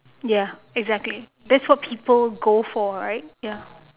ya exactly that's what people go for right ya